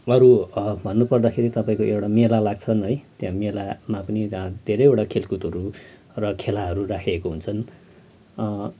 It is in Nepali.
अरू भन्नुपर्दाखेरि तपाईँको एउटा मेला लाग्छन् है त्यहाँ मेलामा पनि धेरैवटा खेलकुदहरू र खेलाहरू राखिएको हुन्छन्